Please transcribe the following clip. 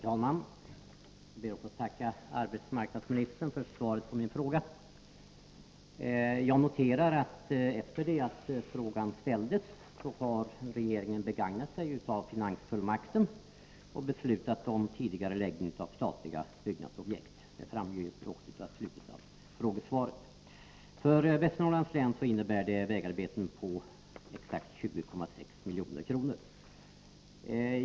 Herr talman! Jag ber att få tacka arbetsmarknadsministern för svaret på min fråga. Jag noterar att efter det att frågan ställts har regeringen begagnat sig av finansfullmakten och beslutat om tidigareläggningar av statliga byggnadsobjekt — det framgick också av slutet av frågesvaret. För Västernorrlands län innebär det vägarbeten för 20,6 milj.kr.